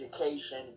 education